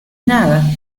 nada